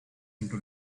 into